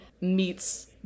meets